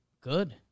good